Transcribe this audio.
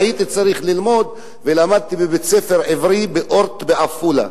והייתי צריך ללמוד ולמדתי בבית-ספר עברי "אורט" בעפולה.